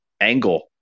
angle